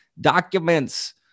documents